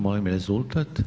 Molim rezultat.